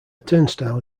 turnstile